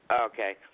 Okay